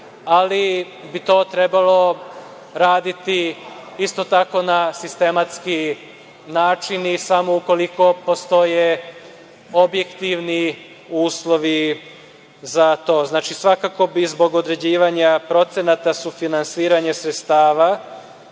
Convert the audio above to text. ali bi to trebalo raditi isto tako na sistematski način i samo ukoliko postoje objektivni uslovi za to. Znači, svakako bi zbog određivanja procenata sufinansiranja sredstava